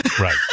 Right